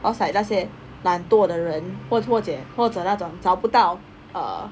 I was like 那些懒惰的人或者或者那种找不到 uh